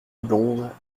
blonde